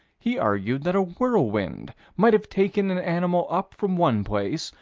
he argued that a whirlwind might have taken an animal up from one place,